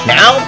Now